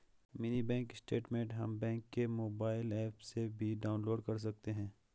mini bank statement हम bank के mobile app से भी डाउनलोड कर सकते है